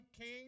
king